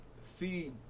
see